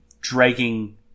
dragging